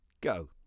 Go